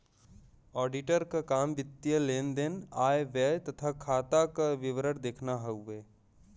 auditor क काम वित्तीय लेन देन आय व्यय तथा खाता क विवरण देखना हउवे